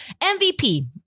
MVP